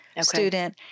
student